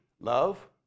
love